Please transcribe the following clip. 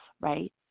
right